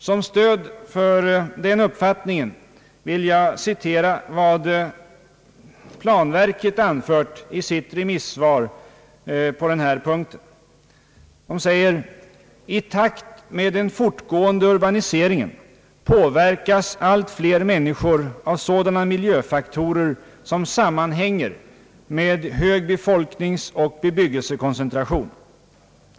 Som stöd för den uppfattningen vill jag citera vad planverket anfört i sitt remissvar på den punkten: »I takt med den fortgående urbaniseringen påverkas allt fler människor av sådana miljöfaktorer som sammanhänger med hög befolkningsoch bebyggelsekoncentration.